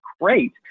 great